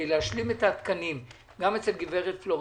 להשלים את התקנים גם אצל גברת פלורנטין,